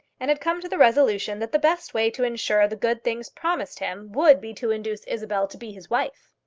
and had come to the resolution that the best way to insure the good things promised him would be to induce isabel to be his wife.